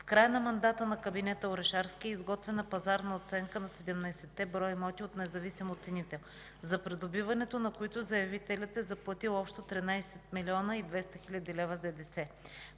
В края на мандата на кабинета Орешарски е изготвена пазарна оценка на 17-те броя имоти от независим оценител, за придобиването на които заявителят е заплатил общо 13 млн. 200 хил. лв. с ДДС.